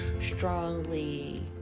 strongly